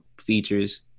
features